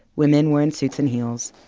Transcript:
women wearing suits and heels,